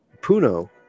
Puno